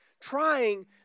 trying